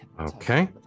Okay